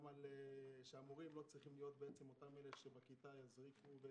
גם שהמורים לא צריכים להיות אלה שבכיתה יזריקו.